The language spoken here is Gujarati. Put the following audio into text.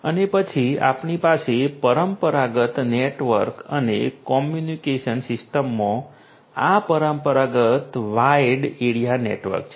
અને પછી આપણી પાસે પરંપરાગત નેટવર્ક અને કોમ્યુનિકેશન સિસ્ટમમાં આ પરંપરાગત વાઈડ એરિયા નેટવર્ક છે